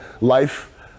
life